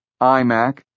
iMac